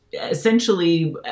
essentially